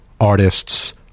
artists